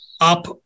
up